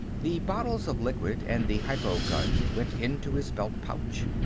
the bottles of liquid and the hypo gun went into his belt pouch.